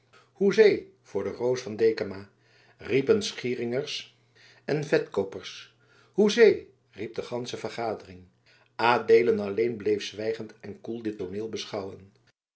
hoezee voor de roos van dekama riepen schieringers en vetkoopers hoezee riep de gansche vergadering adeelen alleen bleef zwijgend en koel dit tooneel beschouwen